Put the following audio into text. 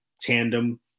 tandem